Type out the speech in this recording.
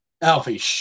alfie